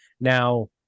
Now